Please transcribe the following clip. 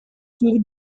through